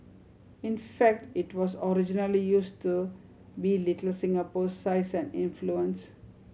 in fact it was originally used to belittle Singapore's size and influence